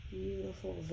beautiful